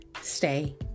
stay